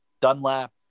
Dunlap